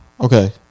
okay